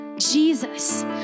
Jesus